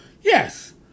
Yes